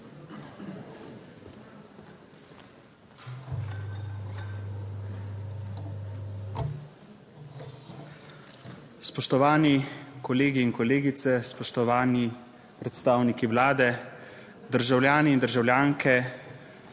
Spoštovani kolegi in kolegice, spoštovani predstavniki Vlade, državljani in državljanke!